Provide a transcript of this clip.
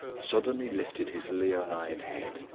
suddenly lifted his leonine head.